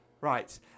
right